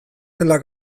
zela